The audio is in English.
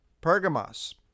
Pergamos